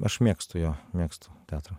aš mėgstu jo mėgstu teatrą